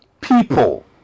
people